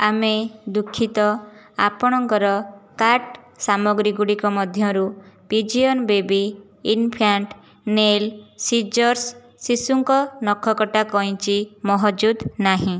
ଆମେ ଦୁଃଖିତ ଆପଣଙ୍କର କାର୍ଟ ସାମଗ୍ରୀ ଗୁଡ଼ିକ ମଧ୍ୟରୁ ଟିଜିଅନ୍ ବେବି ଇନଫ୍ୟାଣ୍ଟ୍ ନେଲ୍ ସିଜର୍ସ୍ ଶିଶୁଙ୍କ ନଖ କଟା କଇଞ୍ଚି ମହଜୁଦ ନାହିଁ